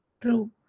true